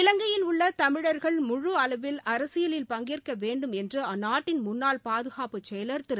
இலங்கையில் உள்ள தமிழர்கள் முழு அளவில் அரசியலில் பங்கேற்க வேண்டும் என்று அந்நாட்டின் முன்னாள் பாதுகாப்பு செயல் திரு